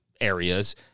areas